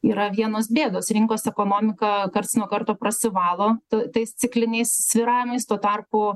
yra vienos bėdos rinkos ekonomika karts nuo karto prasivalo tais cikliniais svyravimais tuo tarpu